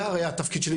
זה הרי התפקיד שלי